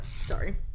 Sorry